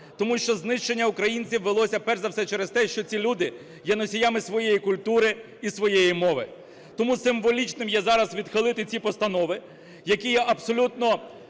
Тому що знищення українців велося перш за все через те, що ці люди є носіями своєї культури і своєї мови. Тому символічним є зараз відхилити ці постанови, які є абсолютно